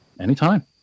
Anytime